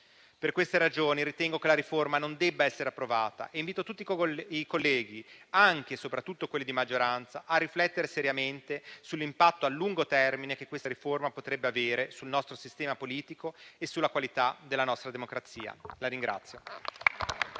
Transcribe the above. Per queste ragioni, ritengo che la riforma non debba essere approvata e invito tutti i colleghi, anche e soprattutto quelli di maggioranza, a riflettere seriamente sull'impatto a lungo termine che questa riforma potrebbe avere sul nostro sistema politico e sulla qualità della nostra democrazia.